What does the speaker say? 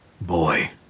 boy